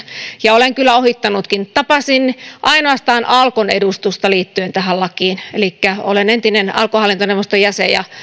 ja olen kyllä ohittanutkin tapasin ainoastaan alkon edustusta liittyen tähän lakiin elikkä olen entinen alkon hallintoneuvoston jäsen ja